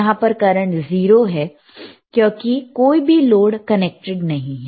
यहां पर करंट 0 है क्योंकि कोई भी लोड कनेक्टेड नहीं है